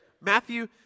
Matthew